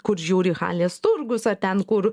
kur žiūri halės turgus ar ten kur